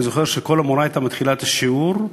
אני זוכר שכל מורה הייתה מתחילה את השיעור,